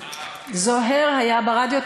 זוהיר היה ברדיו,